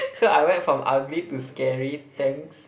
so I went from ugly to scary thanks